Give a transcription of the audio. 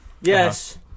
yes